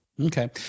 Okay